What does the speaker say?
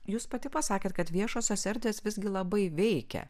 jūs pati pasakėt kad viešosios erdvės visgi labai veikia